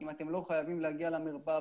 שאם הם לא חייבים להגיע למרפאה,